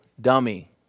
dummy